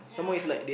yeah